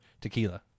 tequila